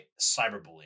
cyberbullying